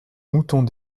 moutons